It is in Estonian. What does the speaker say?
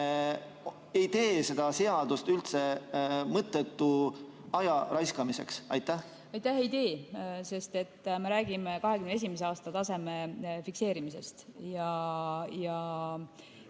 ei tee seda seadust üldse mõttetuks ajaraiskamiseks? Aitäh! Ei tee, sest me räägime 2021. aasta taseme fikseerimisest.